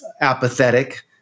apathetic